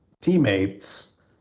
teammates